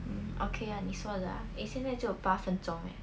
mm okay 啊你说的啊 eh 现在只有八分钟 leh